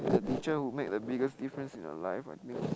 the teacher would make the biggest difference in your life ah this